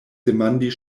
demandi